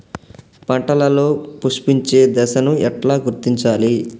పంటలలో పుష్పించే దశను ఎట్లా గుర్తించాలి?